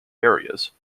areas